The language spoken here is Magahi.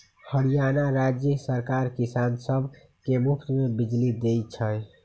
हरियाणा राज्य सरकार किसान सब के मुफ्त में बिजली देई छई